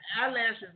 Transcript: eyelashes